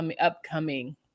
upcoming